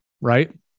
right